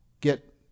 get